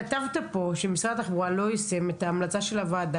כתבת פה: "משרד התחבורה לא יישם את המלצתה של הוועדה